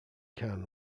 can